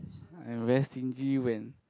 I'm very stingy when